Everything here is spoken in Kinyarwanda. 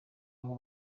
aho